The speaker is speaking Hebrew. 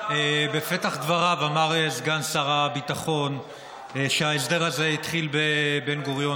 בפתח דבריו אמר סגן שר הביטחון שההסדר הזה התחיל בבן-גוריון,